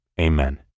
Amen